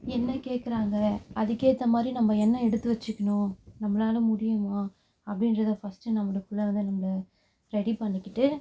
என்ன கேட்குறாங்க அதுக்கு ஏற்ற மாதிரி நம்ம என்ன எடுத்து வச்சுக்கிணும் நம்மளால முடியுமா அப்படின்றத ஃபர்ஸ்ட்டு நம்மளுக்குள்ளானதை நம்ம ரெடி பண்ணிக்கிட்டு